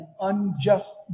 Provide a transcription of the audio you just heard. unjust